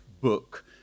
book